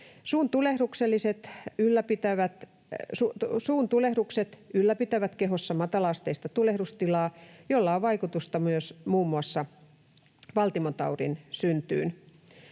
Suun tulehdukset ylläpitävät kehossa matala-asteista tulehdustilaa, jolla on vaikutusta myös muun muassa valtimotaudin syntyyn.